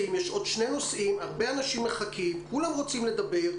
הרבה אנשים מחכים, הרבה רוצים לדבר.